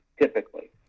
typically